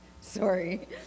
Sorry